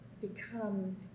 become